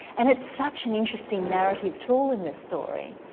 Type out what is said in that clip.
and it's such an interesting narrative tool in this story.